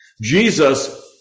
Jesus